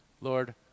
Lord